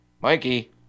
Mikey